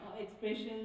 expressions